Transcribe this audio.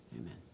Amen